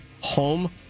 home